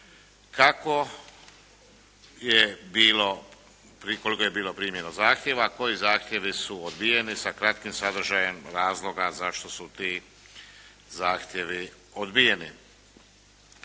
kako je bilo, koliko je bilo primljeno zahtjeva, koji zahtjevi su odbijeni sa kratkim sadržajem razloga zašto su ti zahtjevi odbijeni.